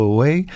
Away